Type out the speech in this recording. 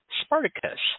Spartacus